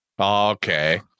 Okay